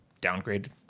downgrade